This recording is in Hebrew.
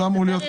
הוא פר ישוב.